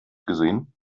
gesehen